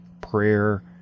prayer